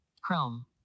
Chrome